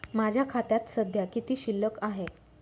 माझ्या खात्यात सध्या किती शिल्लक आहे?